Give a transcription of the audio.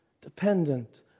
dependent